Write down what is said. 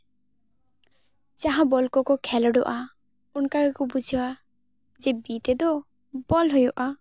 ᱡᱟᱦᱟᱸ ᱵᱚᱞ ᱠᱚᱠᱚ ᱠᱷᱮᱞᱳᱰᱚᱜᱼᱟ ᱚᱱᱠᱟᱜᱮᱠᱚ ᱵᱩᱡᱷᱟᱹᱣᱟ ᱡᱮ ᱵᱤ ᱛᱮᱫᱚ ᱵᱚᱞ ᱦᱩᱭᱩᱜᱼᱟ